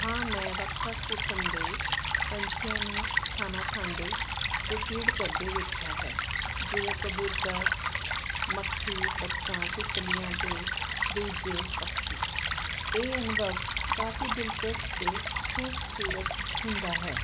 ਹਾਂ ਮੈਂ ਵੱਖ ਵੱਖ ਕਿਸਮ ਦੇ ਪੰਛੀਆਂ ਨੂੰ ਖਾਣਾ ਖਾਂਦੇ ਤੇ ਫੀਡ ਕਰਦੇ ਵੇਖਿਆ ਹੈ ਜਿਵੇਂ ਕਬੂਤਰ ਮੱਖੀ ਬੱਤਖਾਂ ਤੇ ਤਿਤਲੀਆਂ ਤੇ ਦੂਜੇ ਪਕਸ਼ੀ ਇਹ ਅਨੁਭਵ ਕਾਫੀ ਦਿਲਚਸਪ ਤੇ ਖੂਬਸੂਰਤ ਹੁੰਦਾ ਹੈ